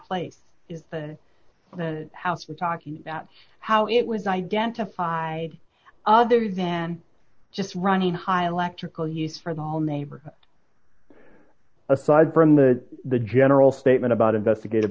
place is the the house we're talking about how it was identified other than just running high lack trickle use for the whole neighborhood aside from the the general statement about investigat